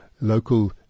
local